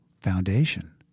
foundation